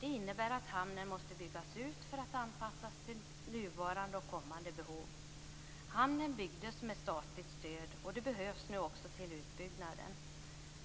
Det innebär att hamnen måste byggas ut för att anpassas till nuvarande och kommande behov. Hamnen byggdes med statligt stöd och det behövs nu också till utbyggnaden.